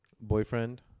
boyfriend